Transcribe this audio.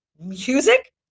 Music